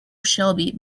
shelby